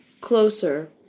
Closer